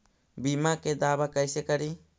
बीमा के दावा कैसे करी?